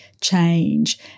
change